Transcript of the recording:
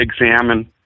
examine